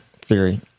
theory